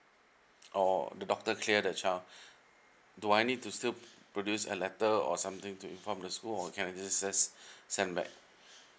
or the doctor cleared the child do I need to still produce a letter or something to inform the school or can I just sen~ send back